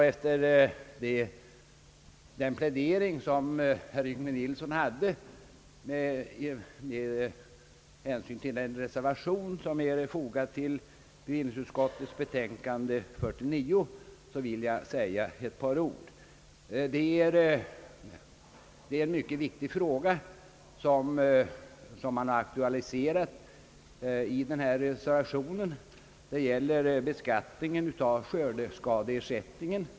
Efter det att herr Yngve Nilsson har pläderat för den reservation som är fogad till bevillningsutskottets betänkande nr 49 vill jag säga ett par ord. Det är en mycket viktig fråga som man aktualiserat enligt denna reservation. Det gäller beskattningen av skördeskadeersättningen.